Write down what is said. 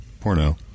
porno